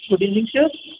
good evening sir